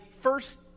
first